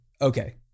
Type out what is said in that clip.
okay